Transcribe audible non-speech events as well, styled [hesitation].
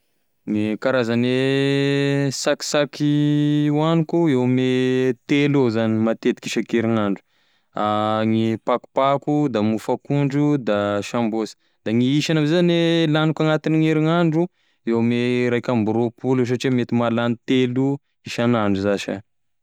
Gne karazane sakisaky hoaniko eo ame telo eo zany ny matetiky isan-kerignandro [hesitation] gne pakopako, da mofo akondro da sambosy da gn'isany amzay zany laniko agnatign'herignandro eo ame iraika amby roapolo eo satria mety mahalany eo ame telo isan'andro zash ah.